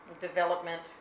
Development